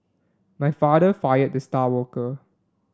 my father fired the star worker